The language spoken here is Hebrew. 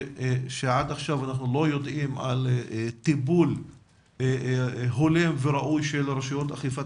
שעד עכשיו אנחנו לא יודעים טיפול הולם וראוי של רשויות אכיפת